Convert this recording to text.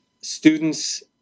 Students